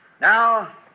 Now